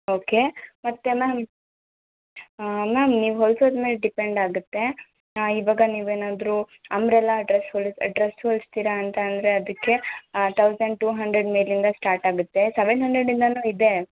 okay ಮತ್ತು ma'am ma'am ನೀವು ಹೊಲ್ಸೋದ್ರ ಮೇಲೆ ಡಿಪೆಂಡಾಗುತ್ತೆ ಇವಾಗ ನೀವು ಏನಾದರು ಅಂಬ್ರೆಲಾ ಡ್ರಸ್ ಹೊಲ್ಸಿ ಡ್ರಸ್ ಹೊಲಿಸ್ತೀರ ಅಂತ ಅಂದರೆ ಅದಕ್ಕೆ ತೌಸಂಡ್ ಟೂ ಹಂಡ್ರೆಡ್ ಮೇಲಿಂದ ಸ್ಟಾರ್ಟ್ ಆಗುತ್ತೆ ಸವೆನ್ ಹಂಡ್ರೆಡಿಂದನೂ ಇದೆ